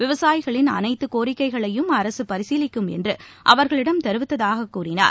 விவசாயிகளின் அனைத்து கோரிக்கைகளையும் அரசு பரிசீலிக்கும் என்று அவர்களிடம் தெரிவித்ததாக கூறினார்